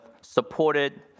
supported